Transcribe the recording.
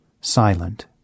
silent